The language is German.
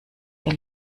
ihr